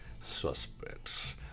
suspects